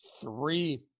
three